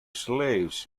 slaves